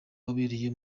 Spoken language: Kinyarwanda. wabereye